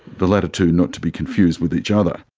the latter two not to be confused with each other.